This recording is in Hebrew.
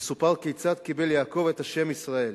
מסופר כיצד קיבל יעקב את השם ישראל.